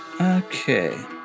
Okay